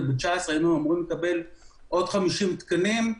2019 היינו אמורים לקבל עוד 50 תקנים.